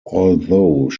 although